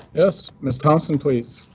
yes. miss thompson, please